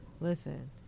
listen